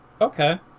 Okay